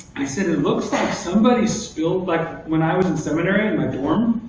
i said, it looks like somebody spilled, like when i was in seminary, in my dorm,